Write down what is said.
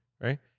right